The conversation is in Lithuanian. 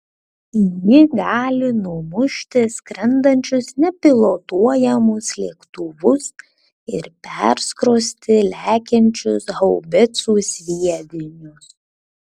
ji gali numušti skrendančius nepilotuojamus lėktuvus ir perskrosti lekiančius haubicų sviedinius